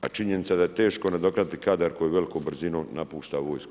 A činjenica da je teško nadoknaditi kadar koji velikom brzinom napušta vojsku.